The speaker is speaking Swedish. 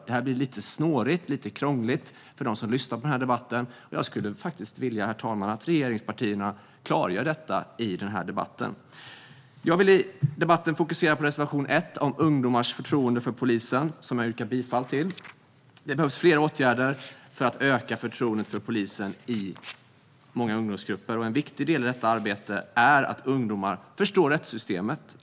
Det blir lite snårigt och krångligt för dem som lyssnar på debatten, herr talman, och jag skulle faktiskt vilja att regeringen klargjorde detta. Jag vill fokusera på reservation 1 om ungdomars förtroende för polisen, som jag yrkar bifall till. Det behövs flera åtgärder för att öka förtroendet för polisen i många ungdomsgrupper, och en viktig del i detta arbete är att ungdomar förstår rättssystemet.